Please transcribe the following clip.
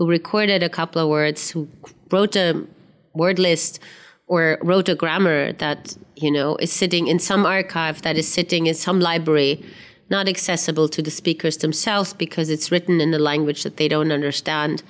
who recorded a couple of words who wrote a word list or wrote a grammar that you know is sitting in some archive that is sitting in some library not accessible to the speakers themselves because it's written in the language that they don't understand